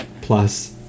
plus